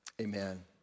Amen